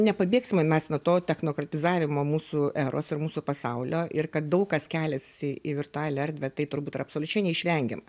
nepabėgsime mes nuo to technokultizavimo mūsų eros ir mūsų pasaulio ir kad daug kas keliasi į virtualią erdvę tai turbūt yra absoliučiai neišvengiama